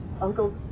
Uncle